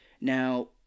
Now